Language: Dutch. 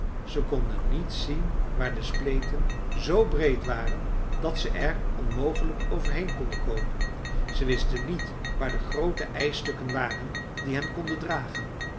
ze konden niet zien waar de spleten zoo breed waren dat ze er onmogelijk overheen konden komen ze wisten niet waar de groote ijsstukken waren die hen konden dragen